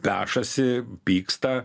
pešasi pyksta